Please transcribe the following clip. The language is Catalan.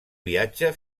viatge